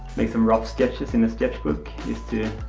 make some rough sketches in a sketchbook just to